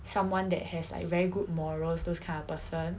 someone that has like very good morals those kind of person